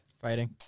Fighting